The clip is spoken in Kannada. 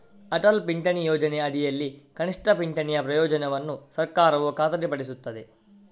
ಅಟಲ್ ಪಿಂಚಣಿ ಯೋಜನೆಯ ಅಡಿಯಲ್ಲಿ ಕನಿಷ್ಠ ಪಿಂಚಣಿಯ ಪ್ರಯೋಜನವನ್ನು ಸರ್ಕಾರವು ಖಾತರಿಪಡಿಸುತ್ತದೆ